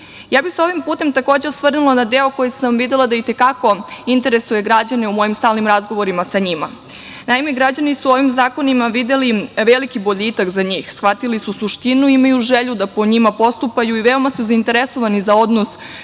bih se ovim putem takođe osvrnula na deo koji sam videla da i te kako interesuje građane u mojim stalnim razgovorima sa njima. Naime, građani su u ovim zakonima videli veliki boljitak za njih, shvatili su suštinu, imaju želju da po njima postupaju i veoma su zainteresovani za odnos